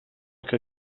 que